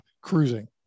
cruising